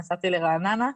נסעתי לרעננה.